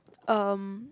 um